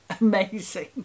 amazing